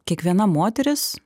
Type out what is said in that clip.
kiekviena moteris